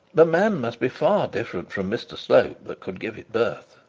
the man must be far different from mr slope that could give it birth.